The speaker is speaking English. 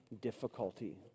difficulty